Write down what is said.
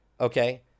Okay